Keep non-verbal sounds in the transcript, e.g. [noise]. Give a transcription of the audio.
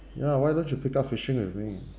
ya why don't you pick up fishing with me [laughs]